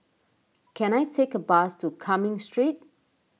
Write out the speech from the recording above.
can I take a bus to Cumming Street